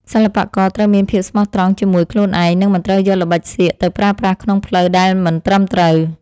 សិល្បករត្រូវមានភាពស្មោះត្រង់ជាមួយខ្លួនឯង និង មិនត្រូវយកល្បិចសៀកទៅប្រើប្រាស់ក្នុងផ្លូវដែលមិនត្រឹមត្រូវ។